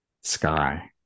sky